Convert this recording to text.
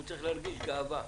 הוא צריך להרגיש גאווה,